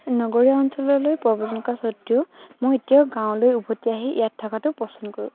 নগৰীয়া অঞ্চললৈ প্ৰব্ৰজন কৰাৰ সত্ত্বেও মই এতিয়াও গাঁৱলৈ উভতি আহি ইয়াত থকাটো পছন্দ কৰোঁ